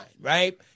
right